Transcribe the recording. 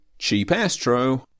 cheapastro